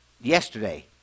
yesterday